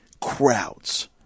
crowds